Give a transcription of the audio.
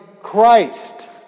Christ